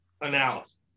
analysis